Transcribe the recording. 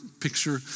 picture